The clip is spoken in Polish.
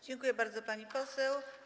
Dziękuję bardzo, pani poseł.